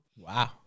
wow